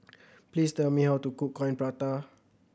please tell me how to cook Coin Prata